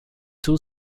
two